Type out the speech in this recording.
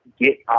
get